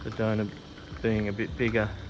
the donor being a bit bigger,